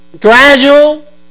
gradual